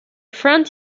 front